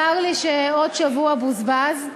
צר לי שעוד שבוע בוזבז,